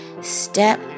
step